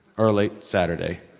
or or late saturday.